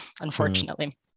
unfortunately